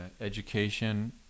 education